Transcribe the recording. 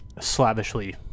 slavishly